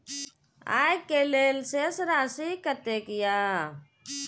आय के लेल शेष राशि कतेक या?